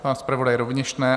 Pan zpravodaj rovněž ne.